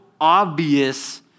obvious